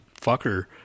fucker